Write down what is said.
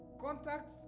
Contact